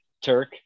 Turk